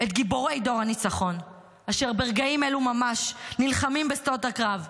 את גיבורי דור הניצחון אשר ברגעים אלו ממש נלחמים בשדות הקרב,